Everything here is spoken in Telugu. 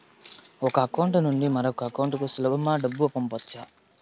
ఒక అకౌంట్ నుండి మరొక అకౌంట్ కు సులభమా డబ్బులు పంపొచ్చా